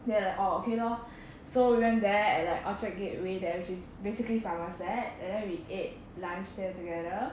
then like oh okay lor so we went there at like orchard gateway there which is basically somerset and then we ate lunch there together